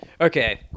Okay